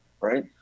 right